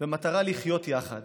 במטרה לחיות יחד